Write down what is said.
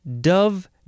dove